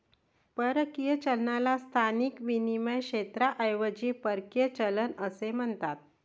परकीय चलनाला स्थानिक विनिमय क्षेत्राऐवजी परकीय चलन असे म्हणतात